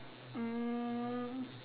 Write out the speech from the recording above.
mm